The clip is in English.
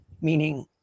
meaning